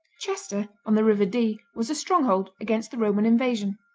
chester on the river dee was a stronghold against the roman invasion.